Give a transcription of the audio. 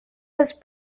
was